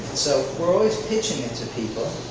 so we're always pitching it to people.